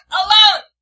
alone